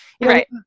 Right